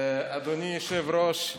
אדוני היושב-ראש,